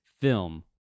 film